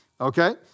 okay